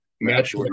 match